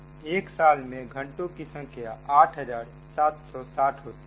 1 साल में घंटों की संख्या 8760 होती है